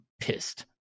pissed